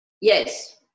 Yes